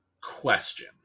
question